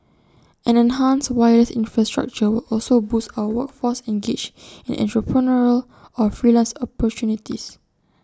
an enhanced wireless infrastructure will also boost our workforce engaged in entrepreneurial or freelance opportunities